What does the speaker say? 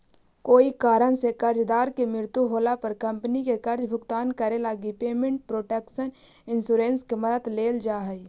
कोई कारण से कर्जदार के मृत्यु होला पर कंपनी के कर्ज भुगतान करे लगी पेमेंट प्रोटक्शन इंश्योरेंस के मदद लेल जा हइ